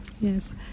Yes